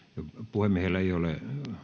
puhemiehellä ei ole